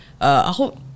ako